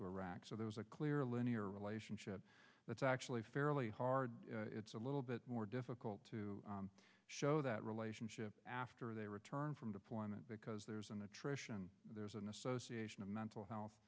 to iraq so there's a clear linear relationship that's actually fairly hard it's a little bit more difficult to show that relationship after they return from deployment because there's an attrition there's an association of mental health